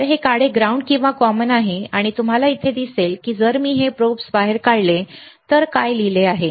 तर काळे हे ग्राउंड किंवा कॉमन आहे आणि तुम्हाला इथे दिसेल जर मी हे प्रोब्स बाहेर काढले तर तुम्हाला इथे दिसेल काय लिहिले आहे